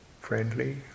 friendly